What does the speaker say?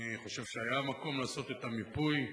אני חושב שהיה מקום לעשות את המיפוי,